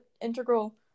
integral